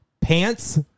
pants